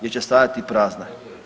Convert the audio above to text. Jer će stajati prazna.